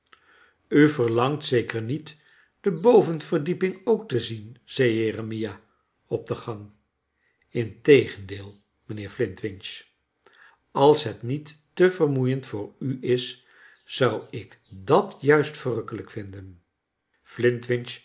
u verlangt zeker niet de bovenverdieping ook te zien zei jeremia op de gang integendeel mijnheer flint winch als het niet te vermoeiend voor u is zou ik dat juist verrukkelijk vinden